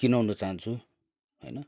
किनाउन चाहन्छु होइन